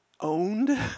owned